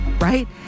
Right